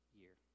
year